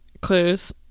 Clues